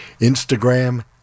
Instagram